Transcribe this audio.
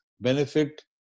benefit